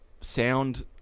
sound